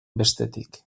bestetik